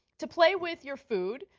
to play with your food.